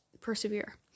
persevere